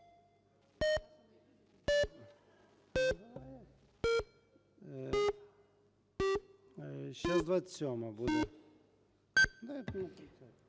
Дякую.